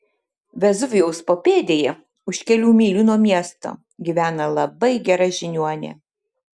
vezuvijaus papėdėje už kelių mylių nuo miesto gyvena labai gera žiniuonė